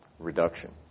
Reduction